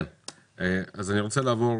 אני רוצה לעבור